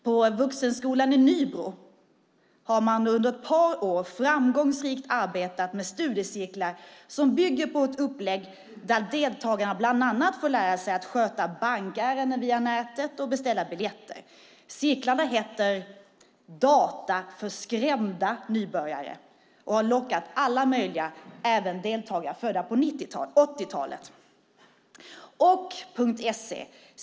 På Vuxenskolan i Nybro har man under ett par år framgångsrikt arbetat med studiecirklar som bygger på ett upplägg där deltagarna bland annat får lära sig att sköta bankärenden via nätet och beställa biljetter. Cirklarna heter Data för skrämda nybörjare och har lockat alla möjliga, även deltagare födda på 80-talet.